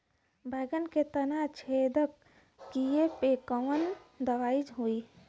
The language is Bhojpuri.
बैगन के तना छेदक कियेपे कवन दवाई होई?